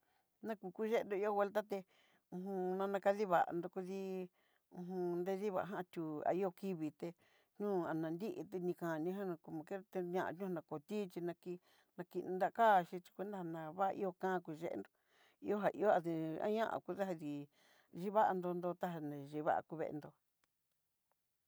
Na kukuyendó nakualta té, uj nana kadivandó kudi uju nredivaján, ithú adukiví té nó anrini, tidiján niján comoquiera ta ña'a nru'a na kó tichí nakí, naki ndakaxí chí cuenta na va ihó kan kú yendó, ihója ihó adúu a ñá akudadi xhivandó nrono tané yevaa ku veendó.